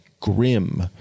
grim